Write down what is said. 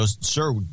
Sir